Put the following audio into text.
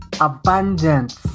abundance